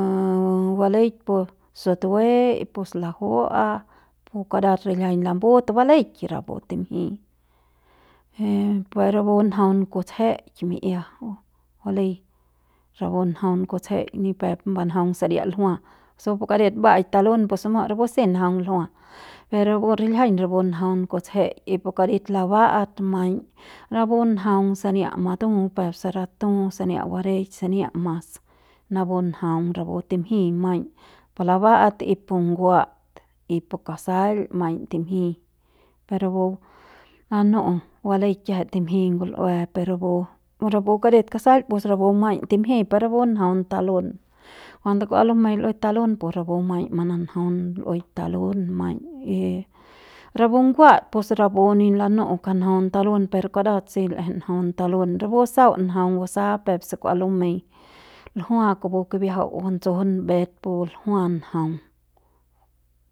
baleil pu sutuei y pu slajua'a pu karat riljiaiñ lambut baleik rapu timji y pero rapu njaung kutsjeik mi'ia balei rapu njaung kutsjeik ni pep banjaung saria ljua sul pu karit ba'aik talun pus rapu si njaung ljua y rapu riljiaiñ rapu njaung kutsjei y pu karit laba'at maiñ rapu njaugn sania matu peuk se ratu sania bareik sania mas napu njaung rapu timjiñ maiñ laba'at y pu nguat y pu kasail maiñ timjiñ pe rapu lanu'u baleik kiajai timjik ngul'ue pe rapu rapu karit kasail pus rapu maiñ timjik per rapu njaung talun cuando kua lumeik l'uik talun pu rapu maiñ mananjaung l'uik talun maiñ y rapu nguat pus rapu ni lanu'u ngja njaun talun per karat si l'eje njaun talun rapu sau njaung basa peuk se k'ua lumei ljua kupu kibiajau batsjun mbet pu ljua njaung